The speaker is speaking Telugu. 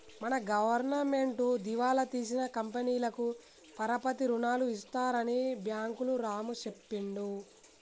మన గవర్నమెంటు దివాలా తీసిన కంపెనీలకు పరపతి రుణాలు ఇస్తారని బ్యాంకులు రాము చెప్పిండు